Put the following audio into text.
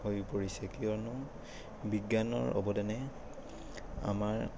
হৈ পৰিছে কিয়নো বিজ্ঞানৰ অৱদানে আমাৰ